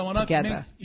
together